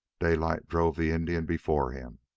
daylight drove the indian before him,